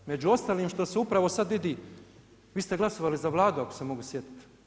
Među ostalim što se upravo sad vidi, vi ste glasovali za Vladu ako se mogu sjetiti.